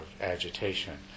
agitation